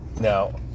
Now